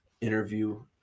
interview